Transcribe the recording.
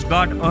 God